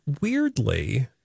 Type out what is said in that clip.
weirdly